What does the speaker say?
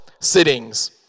sittings